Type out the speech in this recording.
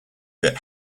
that